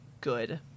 good